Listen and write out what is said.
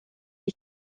les